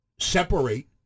separate